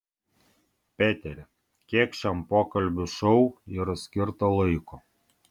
peteri kiek šiam pokalbių šou yra skirta laiko